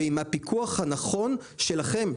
ועם הפיקוח הנכון שלכם,